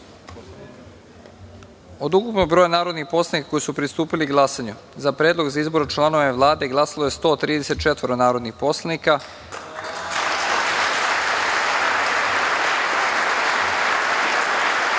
ukupno 191 narodnog poslanika koji su pristupili glasanju za Predlog za izbor članova Vlade glasalo je 134 narodnih poslanika, protiv